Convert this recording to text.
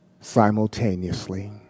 simultaneously